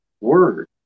word